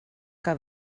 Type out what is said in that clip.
que